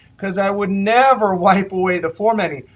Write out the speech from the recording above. because i would never wipe away the formatting.